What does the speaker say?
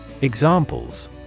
Examples